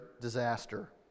disaster